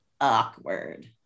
awkward